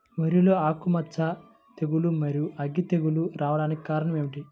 వరిలో ఆకుమచ్చ తెగులు, మరియు అగ్గి తెగులు రావడానికి కారణం ఏమిటి?